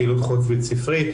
פעילות חוץ בית ספרית.